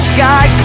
Sky